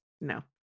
No